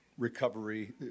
recovery